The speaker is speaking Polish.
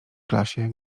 klasie